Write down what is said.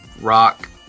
rock